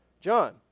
John